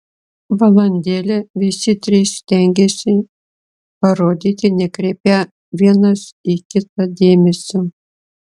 valandėlę visi trys stengėsi parodyti nekreipią vienas į kitą dėmesio